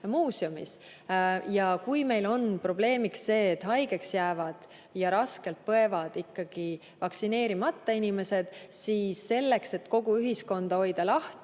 Kui meil on probleemiks see, et haigeks jäävad ja raskelt põevad ikkagi vaktsineerimata inimesed, siis selleks, et kogu ühiskonda lahti